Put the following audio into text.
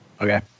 okay